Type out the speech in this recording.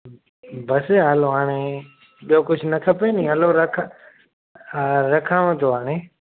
बस हलो हाणे ॿियो कुझु न खपे नी हलो रखां रखांव थो हाणे